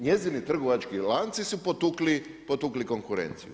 Njezini trgovački lanci su potukli konkurenciju.